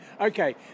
Okay